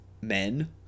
men